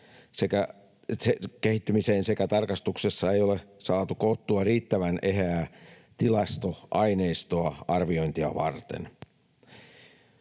kehittymiseen, sekä tarkastuksessa ei ole saatu koottua riittävän eheää tilastoaineistoa arviointia varten.